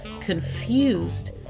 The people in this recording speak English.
confused